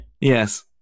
yes